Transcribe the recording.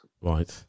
Right